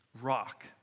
Rock